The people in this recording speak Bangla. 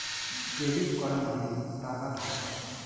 ক্রেডিট করা মানে টাকা ধার করা